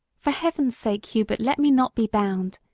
for heaven's sake, hubert, let me not be bound,